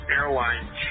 Airline